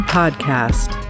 podcast